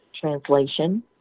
translation